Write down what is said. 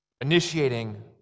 initiating